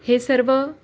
हे सर्व